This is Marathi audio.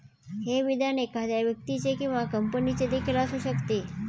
हे विधान एखाद्या व्यक्तीचे किंवा कंपनीचे देखील असू शकते